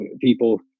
people